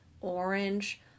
orange